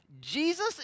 Jesus